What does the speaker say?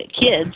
kids